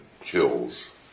kills